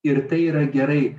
ir tai yra gerai